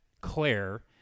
Claire –